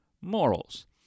morals